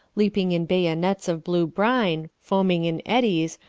leaping in bayonets of blue brine foaming in eddies,